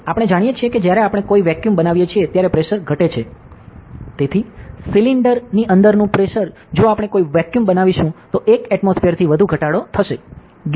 આપણે જાણીએ છીએ કે જ્યારે આપણે કોઈ વેક્યુમ બનાવીએ છીએ ત્યારે પ્રેશર ઘટે છે સાચું તેથી સિલિન્ડર ની અંદરનું પ્રેશર જો આપણે કોઈ વેક્યુમ બનાવીશું તો 1 એટમોસ્ફિઅરથી વધુ ઘટાડો થશે બરાબર